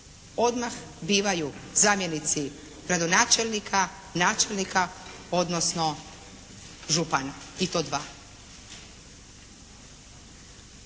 odmah bivaju zamjenici gradonačelnika, načelnika, odnosno župana i to dva.